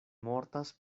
mortas